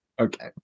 Okay